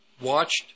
watched